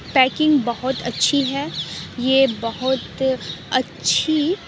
packing بہت اچھی ہے یہ بہت اچھی